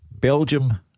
Belgium